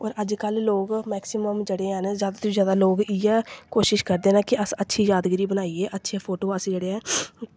होर अज्ज कल लोग मैकसिमम जेह्ड़े हैन जादा तो जादा इ'यै लोक कोशिश करदे न कि अस अच्छी यादगिरी बनाइयै अच्छे फोटो अस जेह्ड़े ऐ